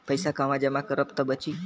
पैसा कहवा जमा करब त बची?